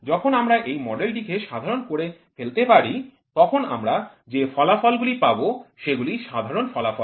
যখন আমরা এই মডেলটিকে সাধারন করে ফেলতে পারি তখন আমরা যে ফলাফলগুলি পাব সেগুলি সাধারণ ফলাফল